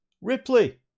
Ripley